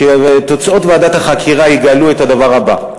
שתוצאות ועדת החקירה יגלו את הדבר הבא: